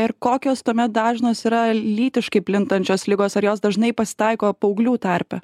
ir kokios tuomet dažnos yra lytiškai plintančios ligos ar jos dažnai pasitaiko paauglių tarpe